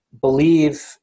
believe